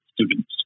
students